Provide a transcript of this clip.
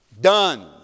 Done